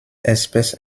espèce